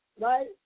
right